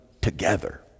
together